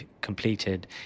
completed